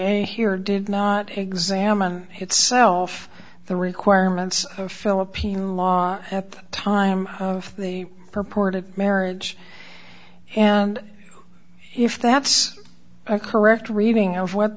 i here did not examine itself the requirements of philippine law at the time of the purported marriage and if that's a correct reading of what